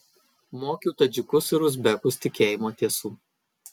mokiau tadžikus ir uzbekus tikėjimo tiesų